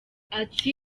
ati